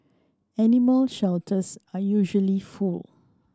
animal shelters are usually full